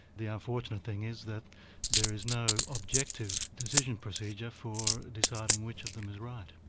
the unfortunate thing is that there is no objective decision procedure for deciding which of them is right.